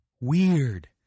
Weird